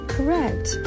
Correct